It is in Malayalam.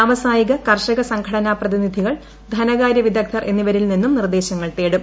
വ്യാവസായിക കർഷക സംഘടനാ പ്രതിനിധികൾ ധനകാര്യ വിദഗ്ദ്ധർ എന്നിവരിൽ നിന്നും നിർദ്ദേശങ്ങൾ തേടും